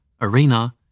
ARENA